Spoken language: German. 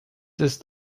ist